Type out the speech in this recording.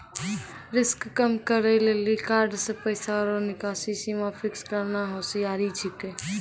risk कम करै लेली कार्ड से पैसा रो निकासी सीमा फिक्स करना होसियारि छिकै